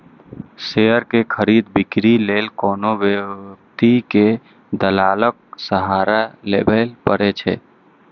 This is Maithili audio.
शेयर के खरीद, बिक्री लेल कोनो व्यक्ति कें दलालक सहारा लेबैए पड़ै छै